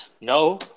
no